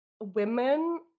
women